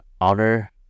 honor